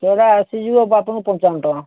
ଆସିଯିବ ଆପଣଙ୍କୁ ପଞ୍ଚାବନ ଟଙ୍କା